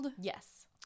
Yes